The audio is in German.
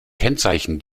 kennzeichen